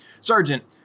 Sergeant